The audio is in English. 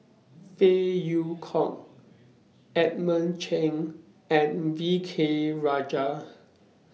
Phey Yew Kok Edmund Cheng and V K Rajah